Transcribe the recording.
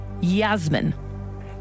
Yasmin